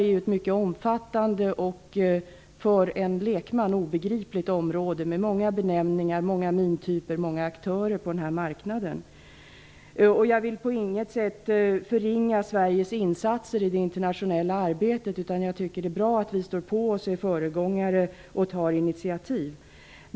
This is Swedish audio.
Det här är ett mycket omfattande och för en lekman obegripligt område, med många benämningar, många mintyper och många aktörer på marknaden. Jag vill på intet sätt förringa Sveriges insatser i det internationella arbetet, utan det är bra att vi står på oss, är föregångare och tar initiativ.